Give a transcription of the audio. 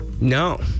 no